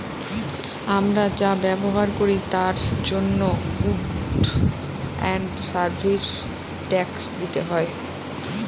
আমরা যা ব্যবহার করি তার জন্য গুডস এন্ড সার্ভিস ট্যাক্স দিতে হয়